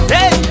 Hey